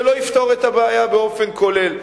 זה לא יפתור את הבעיה באופן כולל.